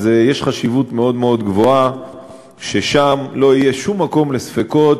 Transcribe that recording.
אז יש חשיבות מאוד מאוד רבה ששם לא יהיה שום מקום לספקות